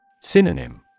Synonym